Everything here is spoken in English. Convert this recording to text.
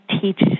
teach